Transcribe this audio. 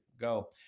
go